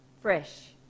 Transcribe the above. fresh